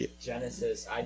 Genesis